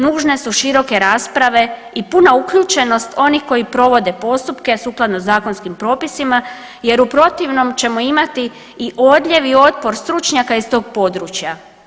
Nužne su široke rasprave i puna uključenost onih koji provode postupke sukladno zakonskim propisima jer u protivnom ćemo imati i odljev i otpor stručnjaka iz tog područja.